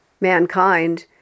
mankind